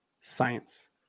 science